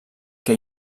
que